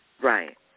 Right